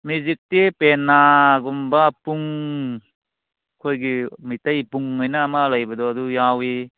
ꯃ꯭ꯌꯨꯖꯤꯛꯇꯤ ꯄꯦꯅꯥꯒꯨꯝꯕ ꯄꯨꯡ ꯑꯩꯈꯣꯏꯒꯤ ꯃꯩꯇꯩ ꯄꯨꯡꯑꯅ ꯑꯃ ꯂꯩꯕꯗꯣ ꯑꯗꯨ ꯌꯥꯎꯋꯤ